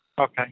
Okay